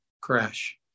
crash